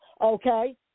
Okay